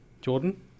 Jordan